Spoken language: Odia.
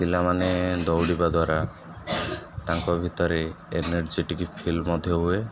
ପିଲାମାନେ ଦୌଡ଼ିବା ଦ୍ୱାରା ତାଙ୍କ ଭିତରେ ଏନର୍ଜେଟିକ୍ ଫିଲ୍ ମଧ୍ୟ ହୁଏ